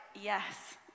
yes